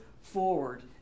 forward